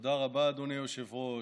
תודה רבה, אדוני היושב-ראש.